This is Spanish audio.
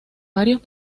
varios